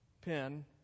pen